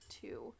two